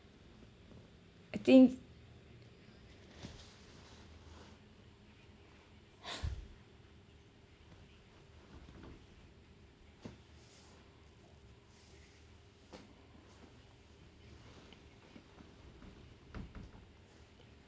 I think